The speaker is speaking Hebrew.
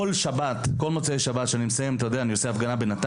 אתה יודע, אני כל שבת עושה את ההפגנה בנתניה,